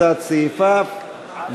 על תת-סעיפיו,